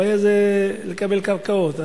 הבעיה היא לקבל קרקעות.